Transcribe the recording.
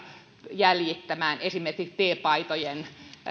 jäljittää esimerkiksi t paitojen